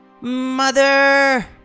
Mother